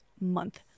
month